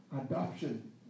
Adoption